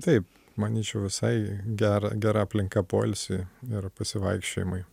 taip manyčiau visai gera gera aplinka poilsiui ir pasivaikščiojimui